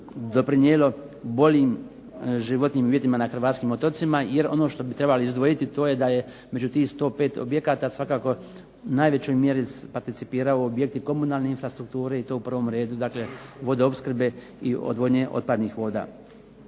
doprinijelo boljim životnim uvjetima na Hrvatskim otocima, jer ono što bi trebali izdvojiti to je da je među tih 105 objekata svakako u najvećoj mjeri participiraju objekti komunalne infrastrukture i to u prvom redu dakle vodoopskrbe i odvodnje otpadnih voda.